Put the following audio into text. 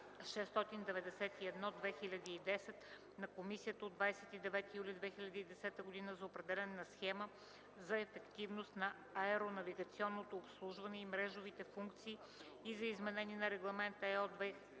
691/2010 на Комисията от 29 юли 2010 година за определяне на схема за ефективност на аеронавигационното обслужване и мрежовите функции и за изменение на Регламент (ЕО)